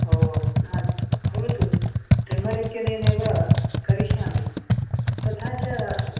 ओ हा भवतु ट्रिमर् इत्यनेनेव करिष्यामि तथा च